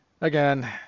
Again